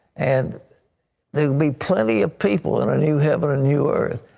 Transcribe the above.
and there will be plenty of people in a new heaven and new earth.